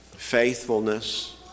faithfulness